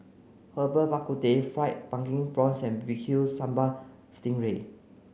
Herbal Bak Ku Teh fried pumpkin prawns and B B Q Sambal Sting Ray